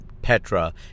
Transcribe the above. Petra